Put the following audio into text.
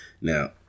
Now